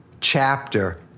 chapter